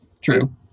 True